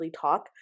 talk